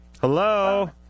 Hello